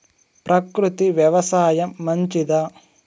ప్రకృతి వ్యవసాయం మంచిదా?